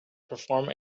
perform